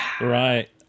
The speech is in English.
Right